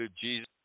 Jesus –